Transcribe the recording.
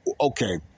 Okay